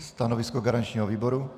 Stanovisko garančního výboru?